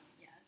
yes